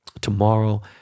Tomorrow